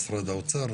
משרד האוצר,